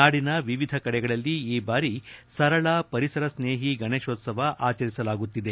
ನಾಡಿನ ವಿವಿಧ ಕಡೆಗಳಲ್ಲಿ ಈ ಬಾರಿ ಸರಳ ಪರಿಸರ ಸ್ತೇಹಿ ಗಣೇಶೋತ್ಸವ ಆಚರಿಸಲಾಯಿತು